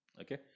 okay